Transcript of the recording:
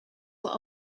were